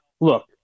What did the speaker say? look